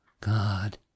God